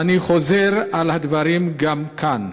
ואני חוזר על הדברים גם כאן: